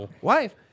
wife